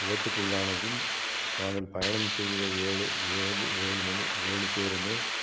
விபத்துக்கு உள்ளானதில் நாங்கள் பயணம் செய்த ஏழு ஏழு ஏழு மணி ஏழு பேரும்